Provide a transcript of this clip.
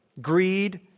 greed